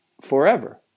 forever